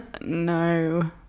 No